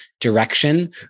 direction